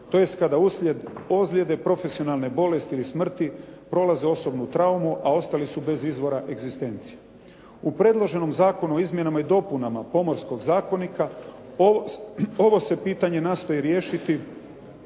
uslijed ozlijede profesionalne bolesti ili smrti prolaze osobnu traumu, a ostali su bez izvora egzistencije. U predloženom Zakonu o izmjenama i dopunama Pomorskog zakonika ovo se pitanje nastoji riješiti